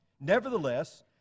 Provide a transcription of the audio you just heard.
Nevertheless